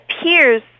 appears